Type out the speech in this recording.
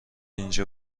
اینجا